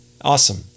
Awesome